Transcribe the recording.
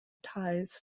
ties